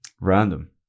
random